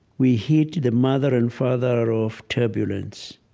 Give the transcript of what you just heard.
we hit the mother and father of turbulence.